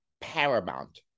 paramount